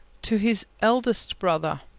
to his eldest brother.